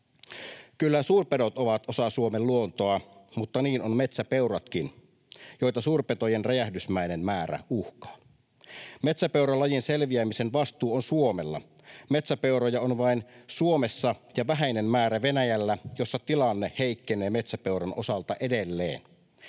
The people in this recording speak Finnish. Kyllä suurpedot ovat osa Suomen luontoa, mutta niin ovat metsäpeuratkin, joita suurpetojen räjähdysmäinen määrä uhkaa. Metsäpeuran lajin selviämisen vastuu on Suomella. Metsäpeuroja on vain Suomessa ja vähäinen määrä Venäjällä, jossa tilanne heikkenee metsäpeuran osalta edelleen.